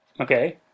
Okay